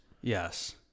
Yes